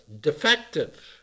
defective